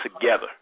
together